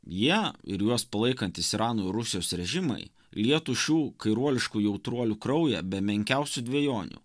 jie ir juos palaikantys irano ir rusijos režimai lietų šių kairuoliškų jautruolių kraują be menkiausių dvejonių